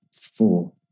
four